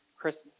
Christmas